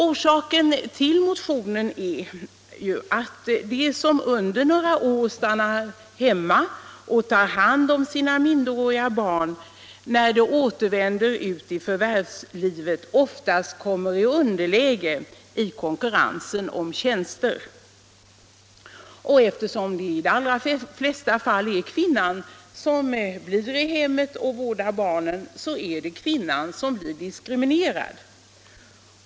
Orsaken till motionen är att de som under några år stannar hemma och tar hand om sina minderåriga barn när de återvänder ut i förvärvslivet oftast kommer i underläge i konkurrensen om tjänster. Eftersom det i de allra flesta fall är kvinnan som blir i hemmet och vårdar barnen är det kvinnan som blir diskriminerad.